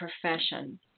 profession